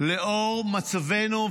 לאור מצבנו,